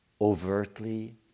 Overtly